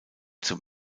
zum